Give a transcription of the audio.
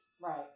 Right